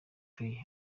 play